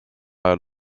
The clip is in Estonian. ajal